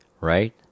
Right